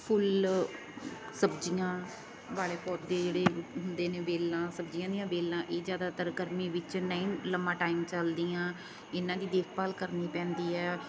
ਫੁੱਲ ਸਬਜ਼ੀਆਂ ਵਾਲੇ ਪੌਦੇ ਜਿਹੜੇ ਹੁੰਦੇ ਨੇ ਵੇਲਾਂ ਸਬਜ਼ੀਆਂ ਦੀਆਂ ਵੇਲਾਂ ਇਹ ਜ਼ਿਆਦਾਤਰ ਗਰਮੀ ਵਿੱਚ ਨਹੀਂ ਲੰਮਾ ਟਾਈਮ ਚੱਲਦੀਆਂ ਇਹਨਾਂ ਦੀ ਦੇਖਭਾਲ ਕਰਨੀ ਪੈਂਦੀ ਹੈ